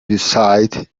decide